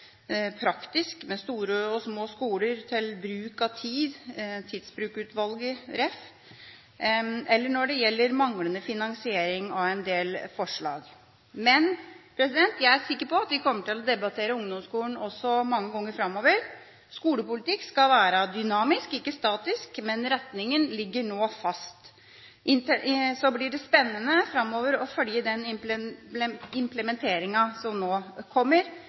praktisk, med store og små skoler og bruk av tid, med referanse til tidsbruksutvalget, eller når det gjelder manglende finansiering av en del forslag. Men jeg er sikker på at vi kommer til å debattere ungdomsskolen mange ganger framover. Skolepolitikk skal være dynamisk, ikke statisk, men retningen ligger nå fast. Så blir det spennende å følge den implementeringen som nå kommer,